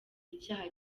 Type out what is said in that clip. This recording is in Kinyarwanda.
icyaha